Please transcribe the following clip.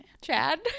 Chad